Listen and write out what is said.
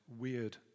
weird